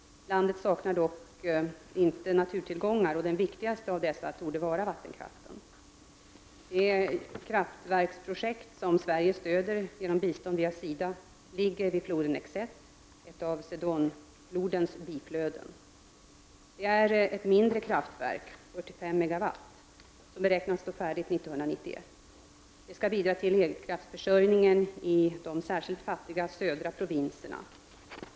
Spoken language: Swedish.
Landet saknar dock inte naturtillgångar och den viktigaste av dessa torde vara vattenkraften. Det kraftverksprojekt som Sverige stöder genom bistånd via SIDA ligger vid floden Xeset, ett av Sedonflodens biflöden. Det är ett mindre kraftverk som beräknas stå färdigt år 1991. Det skall bidra till elkraftsförsörjningen i de särskilt fattiga södra provinserna.